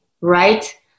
right